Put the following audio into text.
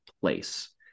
place